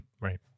right